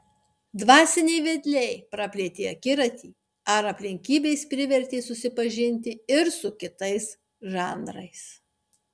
dvasiniai vedliai praplėtė akiratį ar aplinkybės privertė susipažinti ir su kitais žanrais